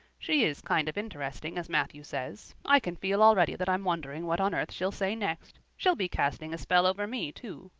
she is kind of interesting as matthew says. i can feel already that i'm wondering what on earth she'll say next. she'll be casting a spell over me, too.